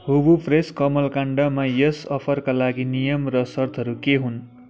हुभु fresh कमल काण्डमा यस अफरका लागि नियम र सर्तहरू के हुन्